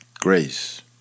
Grace